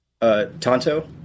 Tonto